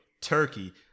Turkey